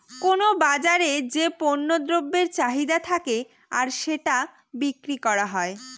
কোনো বাজারে যে পণ্য দ্রব্যের চাহিদা থাকে আর সেটা বিক্রি করা হয়